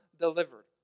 delivered